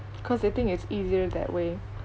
because they think it's easier that way